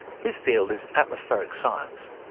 his field is atmospheric science.